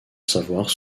savoir